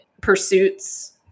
pursuits